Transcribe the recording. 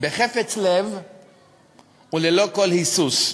בחפץ לב וללא כל היסוס.